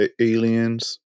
Aliens